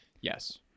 Yes